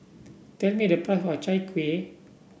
tell me the price of Chai Kueh